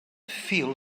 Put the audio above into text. feel